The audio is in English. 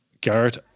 Garrett